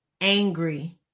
Angry